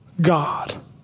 God